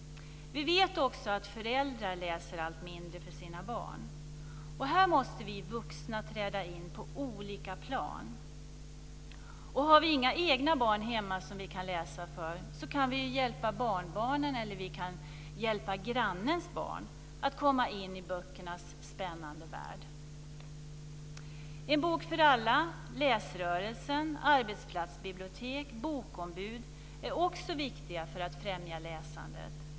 Vi vet också att föräldrar läser allt mindre för sina barn. Vi vuxna måste träda in på olika plan. Om vi inte har egna barn hemma som vi kan läsa för kan vi hjälpa barnbarnen eller grannens barn att komma in i böckernas spännande värld. En bok för alla, Läsrörelsen, arbetsplatsbibliotek och bokombud är också viktiga för att främja läsandet.